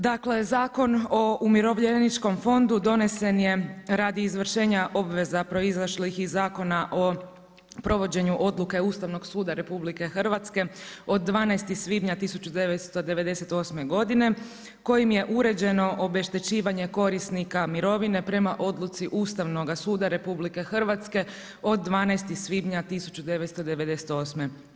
Dakle Zakon o umirovljeničkim fondu donesen je radi izvršenja obveza proizašlih iz Zakona o provođenju odluke Ustavnog suda RH od 12. svibnja 1998. godine kojim je uređeno obeštećivanje korisnika mirovine prema odluci Ustavnoga suda RH od 12. svibnja 1998.